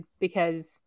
because-